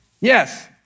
Yes